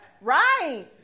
Right